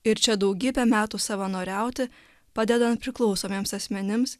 ir čia daugybę metų savanoriauti padedant priklausomiems asmenims